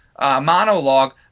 monologue